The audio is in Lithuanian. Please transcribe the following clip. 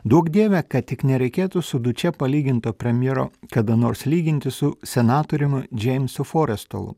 duok dieve kad tik nereikėtų su duče palyginto premjero kada nors lyginti su senatoriumi džeimsu forestolu